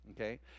okay